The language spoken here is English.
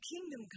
kingdom